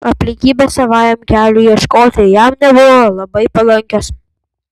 aplinkybės savajam keliui ieškoti jam nebuvo labai palankios